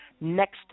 next